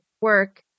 work